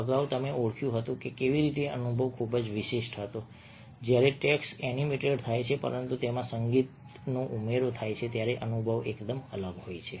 અગાઉ તમે ઓળખ્યું હતું કે કેવી રીતે અનુભવ ખૂબ જ વિશિષ્ટ હતો જ્યારે ટેક્સ્ટ એનિમેટેડ થાય છે પરંતુ તેમાં સંગીત ઉમેરો અને અનુભવ એકદમ અલગ હોય છે